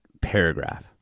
paragraph